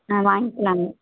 ஆ வாங்கிக்கலாங்க